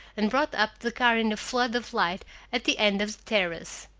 and brought up the car in a flood of light at the end of the terrace.